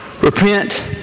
Repent